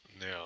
now